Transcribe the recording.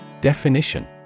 Definition